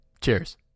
Cheers